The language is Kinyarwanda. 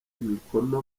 imikono